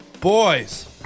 boys